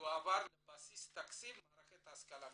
יועבר לבסיס תקציב מערכת ההשכלה הגבוהה,